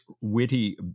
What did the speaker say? witty